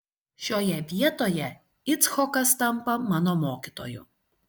šioje vietoje icchokas tampa mano mokytoju